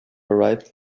right